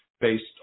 based